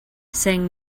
saying